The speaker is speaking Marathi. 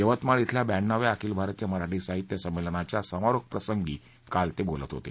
यवतमाळ इथल्या ब्याण्णवाव्या अखिल भारतीय मराठी साहित्य संमेलनाच्या समारोप प्रसंगी काल ते बोलत होते